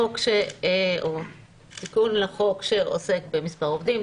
חוק או תיקון לחוק שעוסק במספר עובדים,